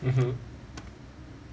mmhmm